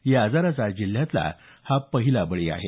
या आजाराचा जिल्ह्यातला हा पहिला बळी आहे